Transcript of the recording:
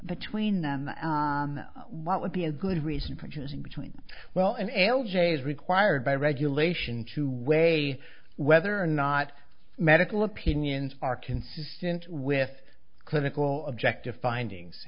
between them what would be a good reason for choosing between well an l j as required by regulation to weigh whether or not medical opinions are consistent with clinical objective findings